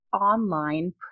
online